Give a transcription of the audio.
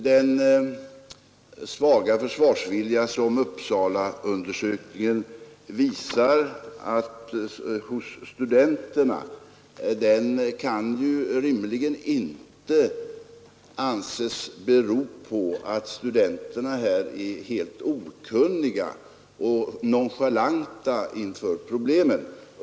Den svaga försvarsvilja som Uppsalaundersökningen visar hos studenterna kan ju rimligen inte anses bero på att studenterna är helt okunniga och nonchalanta inför problemet.